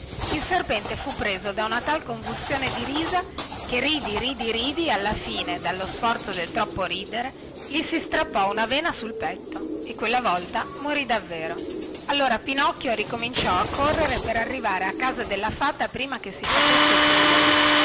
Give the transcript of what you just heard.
il serpente fu preso da una tal convulsione di risa che ridi ridi ridi alla fine dallo sforzo del troppo ridere gli si strappò una vena sul petto e quella volta morì davvero allora pinocchio ricominciò a correre per arrivare a casa della fata prima che si facesse buio